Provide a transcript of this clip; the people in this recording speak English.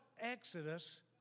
Exodus